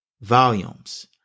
volumes